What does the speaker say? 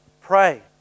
Pray